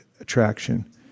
attraction